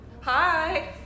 Hi